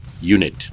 unit